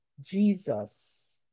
Jesus